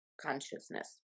consciousness